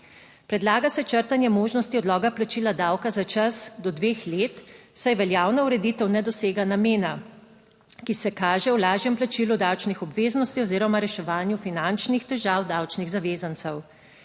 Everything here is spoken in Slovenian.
predlaga se črtanje možnosti odloga plačila davka za čas do dveh let, saj veljavna ureditev ne dosega namena, ki se kaže v lažjem plačilu davčnih obveznosti oziroma reševanju finančnih težav davčnih zavezancev.